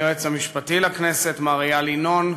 היועץ המשפטי לכנסת מר איל ינון,